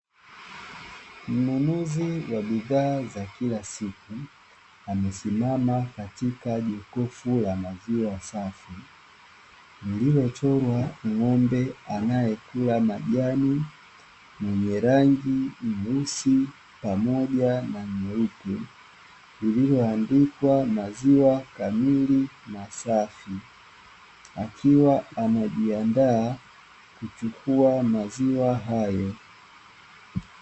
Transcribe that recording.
mnunuzi wa bidhaa za kila siku amesimama katika jokofu la maziwa safi, lililochorwa ngombe anayekula majani mwenye rangi nyeusi pamoja na nyeupe, lililoandikwa maziwa kamili masafi akiwa anajiandaa kuchukua maziwa hayo .